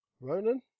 Ronan